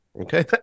Okay